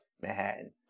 Manhattan